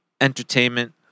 entertainment